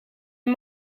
een